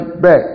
back